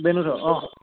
বেণুধৰ অঁ